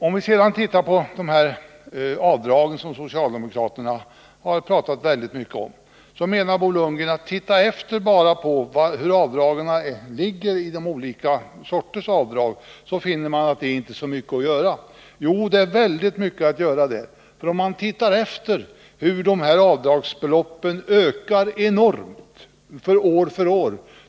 Vad sedan gäller de avdrag som socialdemokraterna har talat så mycket om menar Bo Lundgren att vi, om vi studerar fördelningen på olika typer av avdrag, skall finna att det inte är så mycket att göra åt dem. — Jo, det finns väldigt mycket att göra på den punkten. Man kan se hur dessa avdragsbelopp ökar enormt år efter år.